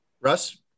Russ